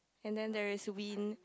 and then there is wind